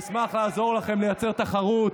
אני אשמח לעזור לכם לייצר תחרות,